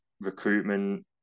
recruitment